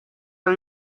are